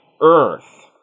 earth